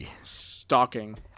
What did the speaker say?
stalking